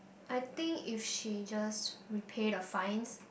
I think if she just repay the fines